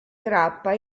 grappa